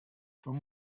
from